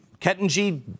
Ketanji